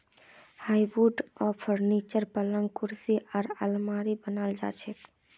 hardwood स furniture, पलंग कुर्सी आर आलमारी बनाल जा छेक